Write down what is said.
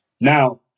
Now